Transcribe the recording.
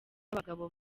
n’abagabo